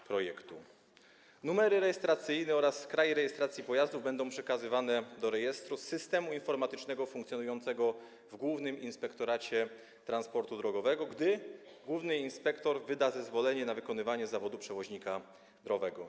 Informacje o numerach rejestracyjnych oraz krajach rejestracji pojazdów będą przekazywane do rejestru z systemu informatycznego funkcjonującego w Głównym Inspektoracie Transportu Drogowego, gdy główny inspektor wyda zezwolenie na wykonywanie zawodu przewoźnika drogowego.